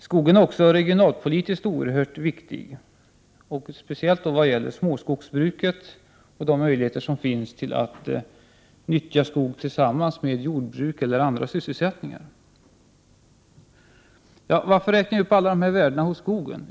Skogen är även regionalpolitiskt oerhört viktig, speciellt vad gäller småskogsbruket och möjligheterna att nyttja skogen vid sidan av jordbruk eller andra sysselsättningar. Varför räknar jag upp dessa värden hos skogen?